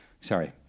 Sorry